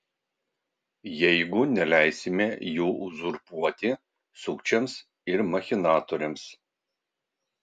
jeigu neleisime jų uzurpuoti sukčiams ir machinatoriams